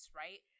right